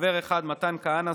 חבר אחד: מתן כהנא,